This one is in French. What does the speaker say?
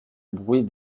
bruit